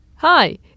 Hi